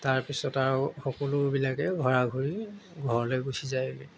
তাৰপিছত আৰু সকলোবিলাকে ঘৰা ঘৰি ঘৰলৈ গুচি যায়গৈ